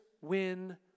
win